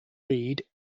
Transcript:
reed